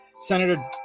Senator